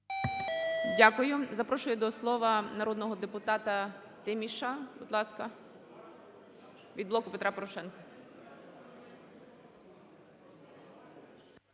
Дякую. Запрошую до слова народного депутатаТіміша, будь ласка, від "Блоку Петра Порошенка"